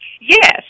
Yes